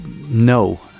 no